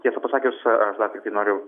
tiesą pasakius aš dar tiktai noriu